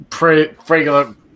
regular